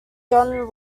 john